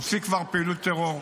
הוציא כבר פעילות טרור ומאיים.